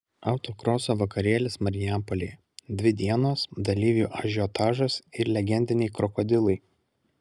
autokroso vakarėlis marijampolėje dvi dienos dalyvių ažiotažas ir legendiniai krokodilai